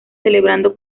celebrando